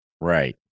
right